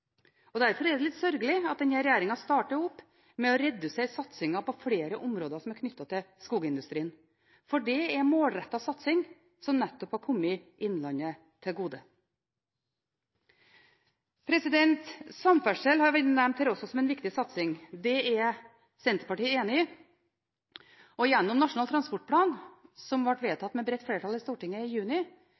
flere områder som er knyttet til skogindustrien, for det er målrettet satsing som nettopp har kommet innlandet til gode. Samferdsel har også vært nevnt her som en viktig satsing. Det er Senterpartiet enig i, og gjennom Nasjonal transportplan, som ble vedtatt med bredt flertall i Stortinget i juni,